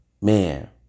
man